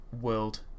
World